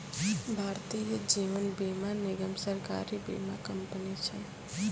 भारतीय जीवन बीमा निगम, सरकारी बीमा कंपनी छै